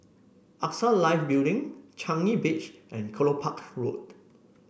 AXA Life Building Changi Beach and Kelopak Road